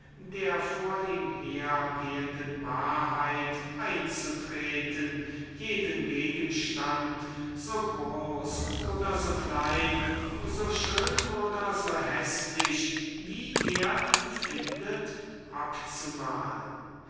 der vor ihm hergehenden wahrheit einzutreten jeden gegenstand so groß oder so klein so schön oder so häßlich wie er ihn würklich findet abzumalen